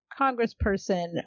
congressperson